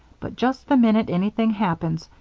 but just the minute anything happens,